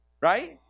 Right